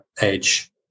edge